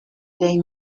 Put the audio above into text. they